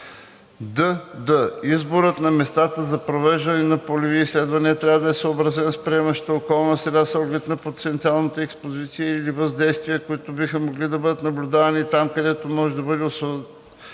дд) изборът на местата за провеждане на полеви изследвания трябва да е съобразен с приемащата околна среда с оглед на потенциалната експозиция и въздействия, които биха могли да бъдат наблюдавани там, където може да бъде освободен